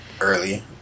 early